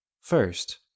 first